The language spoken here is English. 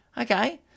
Okay